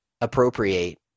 appropriate